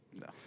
No